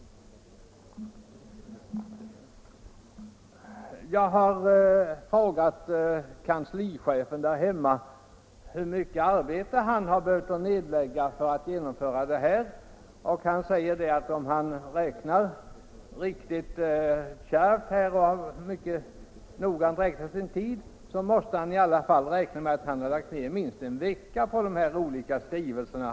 Jag har frågat kanslichefen i min kommun hur mycket arbete han behövt nedlägga för att genomföra den här aktionen. Han svarade att om han räknade efter noga så har han lagt ned åtminstone en vecka på de olika skrivelserna.